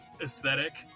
aesthetic